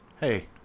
Hey